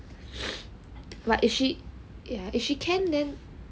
but if she if she can then